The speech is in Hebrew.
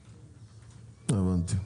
הבנתי,